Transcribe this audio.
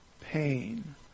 pain